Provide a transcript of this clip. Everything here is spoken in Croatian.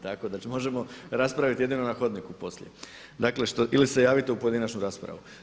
Tako da možemo raspraviti jedino na hodniku poslije, dakle ili se javite u pojedinačnu raspravu.